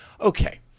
Okay